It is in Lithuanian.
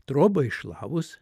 trobą iššlavus